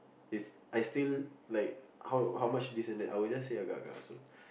is I still like how how much decent that I would just say agar-agar also